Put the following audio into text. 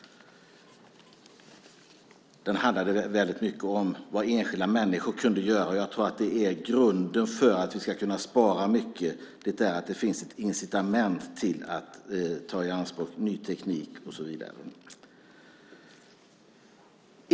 Den handlade väldigt mycket om vad enskilda människor kunde göra. Jag tror att grunden för att vi ska kunna spara mycket energi är att det finns ett incitament till att ta i anspråk ny teknik och så vidare.